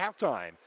halftime